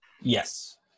Yes